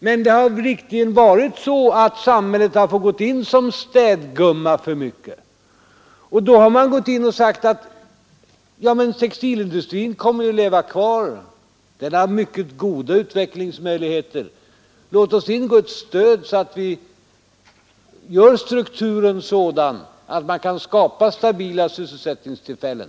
Men samhället har visst för ofta fått gå in såsom städgumma. Vi har sagt att textilindustrin kan leva kvar och att den har goda utvecklingsmöjligheter. Låt oss ge den ett stöd som gör 2 å SUNE PE ei strukturen sådan att man kan skapa stabila sysselsättningstillfällen.